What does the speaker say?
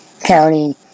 County